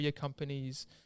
companies